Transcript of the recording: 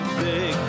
big